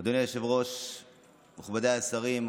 והיא תחזור לוועדת הבריאות להכנתה לקריאה השנייה והשלישית.